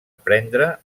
prendre